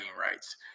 rights